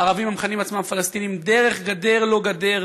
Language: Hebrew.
ערבים המכנים עצמם פלסטינים דרך גדר-לא-גדר,